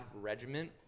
regiment